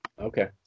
okay